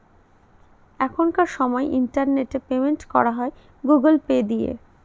এখনকার সময় internet payment করা হয় গুগুল পে দিয়ে